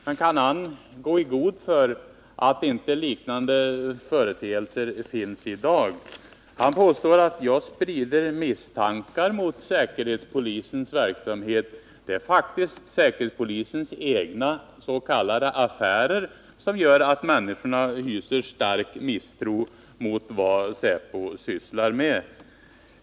Men kan han gå i god för att liknande företeelser inte finns i dag? Sven-Erik Nordin påstår att jag sprider misstankar mot säkerhetspolisens verksamhet. Det är faktiskt säkerhetspolisens egna s.k. affärer som gör att människorna hyser stark misstro mot vad säpo sysslar med.